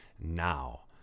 now